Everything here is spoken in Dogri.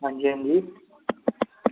आं जी आं जी